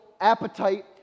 appetite